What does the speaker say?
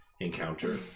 encounter